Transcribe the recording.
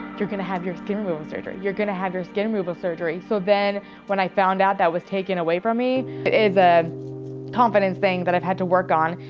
you're going to have your skin removal surgery, you're going to have your skin removal surgery. so then when i found out that was taken away from me, it's a confidence thing that i've had to work on,